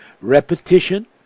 repetition